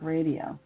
Radio